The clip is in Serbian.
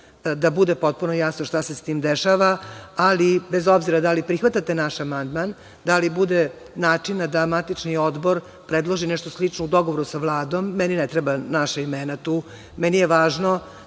da bude potpuno jasno šta se sa tim dešava, ali bez obzira da li prihvatate naš amandman, da li bude načina da matični odbor predloži nešto slično u dogovoru sa Vladom, meni ne trebaju naša imena tu, meni je važno